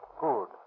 Good